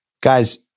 guys